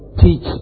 teach